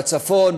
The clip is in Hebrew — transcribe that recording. בצפון,